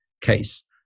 case